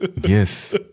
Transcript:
Yes